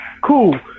Cool